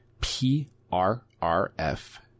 P-R-R-F